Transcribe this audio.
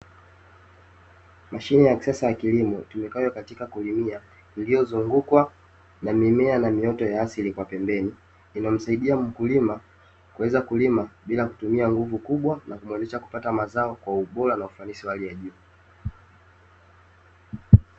Mashine ya kisasa ya kilimo itumikayo katika kulimia iliyozungukwa na mimea na mioto wa asili kwa pembeni, inamsaidia mkulima kuweza kulima bila kutumia nguvu kubwa na kumuwezesha kupata mazao kwa ubora na ufanisi wa hali ya juu.